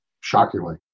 shockingly